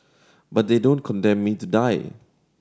but they don't condemn me to die